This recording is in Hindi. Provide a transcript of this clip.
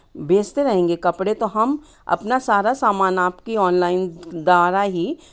भेज़ते रहेंगे कपड़े तो हम अपना सारा सामान आपकी ऑनलाइन द्वारा ही